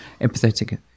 empathetic